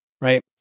right